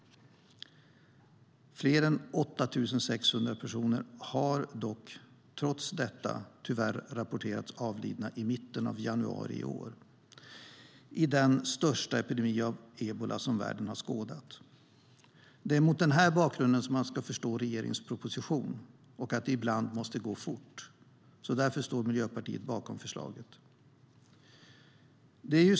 Fler än 8 600 personer har dock trots detta tyvärr rapporterats avlidna i mitten av januari i år i den största epidemi av ebola som världen har skådat. Det är mot denna bakgrund som man ska förstå regeringens proposition och att det ibland måste gå fort. Därför står Miljöpartiet bakom förslaget.